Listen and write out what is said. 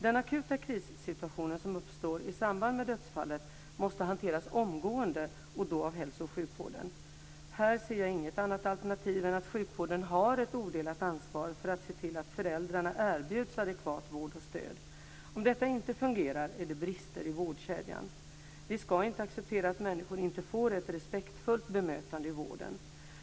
Den akuta krissituation som uppstår i samband med dödsfallet måste hanteras omgående och då av hälso och sjukvården. Här ser jag inget annat alternativ än att sjukvården har ett odelat ansvar för att se till att föräldrarna erbjuds adekvat vård och stöd. Om detta inte fungerar är det brister i vårdkedjan. Vi ska inte acceptera att människor inte får ett respektfullt bemötande i vården.